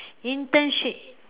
internship